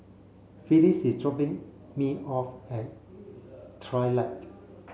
Felix is dropping me off at Trilight